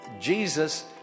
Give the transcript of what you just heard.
Jesus